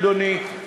אדוני,